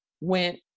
went